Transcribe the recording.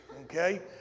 Okay